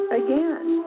again